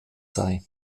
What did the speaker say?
sei